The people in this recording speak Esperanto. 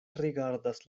rigardas